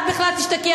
את בכלל תשתקי,